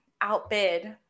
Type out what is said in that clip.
outbid